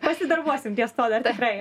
pasidarbuosim ties tuo dar tikrai